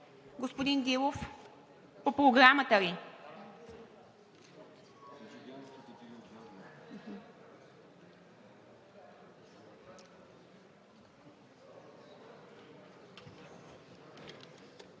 Господин Дилов, по Програмата ли?